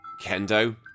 kendo